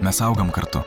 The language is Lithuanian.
mes augam kartu